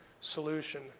solution